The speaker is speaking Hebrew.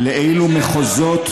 לאילו מחוזות,